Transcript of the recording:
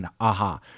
aha